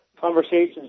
conversations